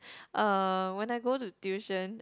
uh when I go to tuition